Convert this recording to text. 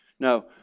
No